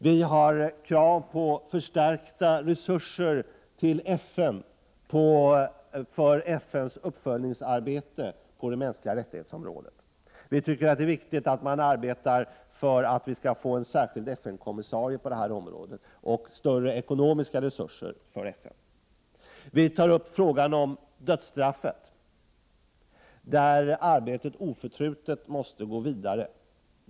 Vi kräver en förstärkning av resurserna till FN för FN:s uppföljningsarbete på området mänskliga rättigheter. Enligt vår åsikt är det riktigt att arbeta för att man skall få en särskild FN-kommissarie på det här området, liksom för större ekonomiska resurser för FN. Vi tar också upp frågan om dödsstraffet, där arbetet oförtrutet måste gå vidare.